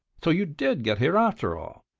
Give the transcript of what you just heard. so you did get here, after all?